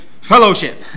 fellowship